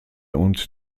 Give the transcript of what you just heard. und